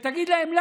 ותגיד להם?